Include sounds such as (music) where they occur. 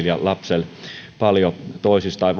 (unintelligible) ja lapselle paljon toisistaan (unintelligible)